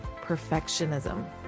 perfectionism